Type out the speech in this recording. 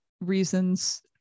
reasons